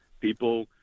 people